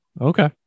Okay